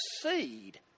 seed